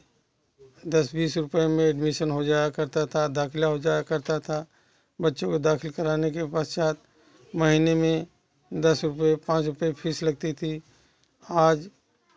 दस बीस रुपए में एडमिसन हो जाया करता था दाखिला हो जाया करता था बच्चों को दाखिल कराने के पश्चात महीने में दस रुपए पाँच रुपए फीस लगती थी आज